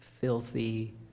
filthy